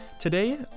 Today